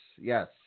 Yes